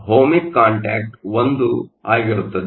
ಆದ್ದರಿಂದ ohmic contact 1 ಆಗಿರುತ್ತದೆ